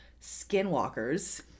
skinwalkers